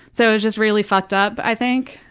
so it was just really fucked up, i think.